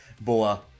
boa